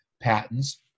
patents